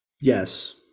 Yes